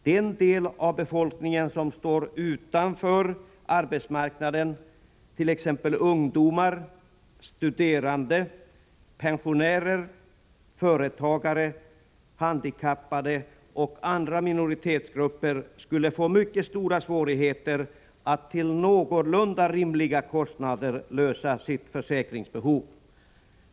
Den del av befolkningen som står utanför arbetsmarknaden, t.ex. ungdomar, studerande, pensionärer, företagare, handikappade och andra minoritetsgrupper skulle då få mycket stora svårigheter att till någorlunda rimliga kostnader lösa sitt försäkringsbehov.